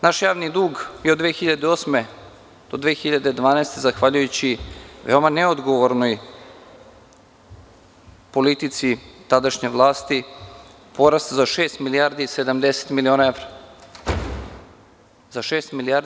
Naš javni dug je od 2008. do 2012. godine, zahvaljujući veoma neodgovornoj politici tadašnje vlasti, porastao za šest milijardi 70 miliona evra.